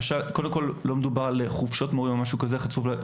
קודם כל לא מדובר על חופשות מורים או משהו כזה - חשוב